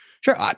Sure